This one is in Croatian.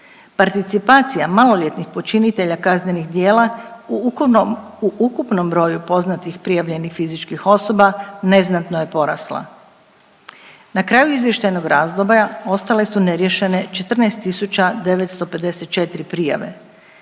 Participacija maloljetnih počinitelja kaznenih djela u ukupnom broju poznatih prijavljenih fizičkih osoba neznatno je porasla. Na kraju izvještajnog razdoblja ostale su neriješene 14 tisuća 954 prijave,